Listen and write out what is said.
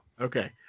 Okay